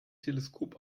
teleskop